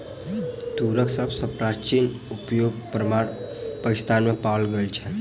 तूरक सभ सॅ प्राचीन उपयोगक प्रमाण पाकिस्तान में पाओल गेल अछि